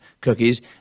cookies